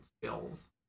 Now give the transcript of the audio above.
skills